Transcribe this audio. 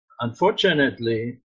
Unfortunately